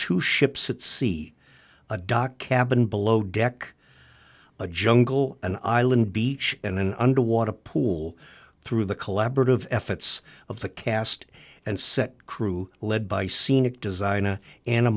to ships at sea a dock cabin below deck a jungle an island beach and an underwater pool through the collaborative efforts of the cast and set crew led by scenic designer anna